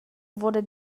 wurde